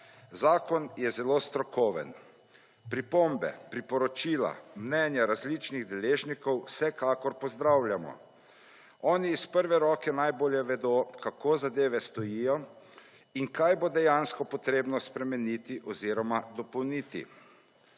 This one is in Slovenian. Zakon je zelo strokoven. Pripombe, priporočila, mnenja različnih deležnikov, vsekakor pozdravljamo. Oni iz prve roke najbolje vedo, kako zadeve stojijo in kaj bo dejansko potrebno spremeniti oziroma dopolniti.